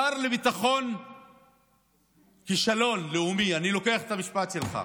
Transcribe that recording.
השר לכישלון לאומי, אני לוקח את המשפט שלך,